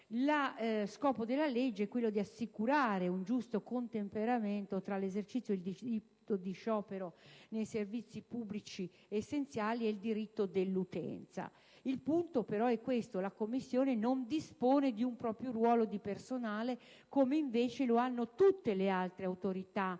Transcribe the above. è. Scopo della legge è quello di assicurare un giusto contemperamento tra l'esercizio del diritto di sciopero nei servizi pubblici essenziali e il diritto dell'utenza. Il punto però è questo: la Commissione non dispone di un proprio ruolo di personale, come tutte le altre autorità